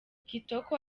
kitoko